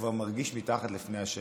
כבר מרגיש מתחת לפני השטח.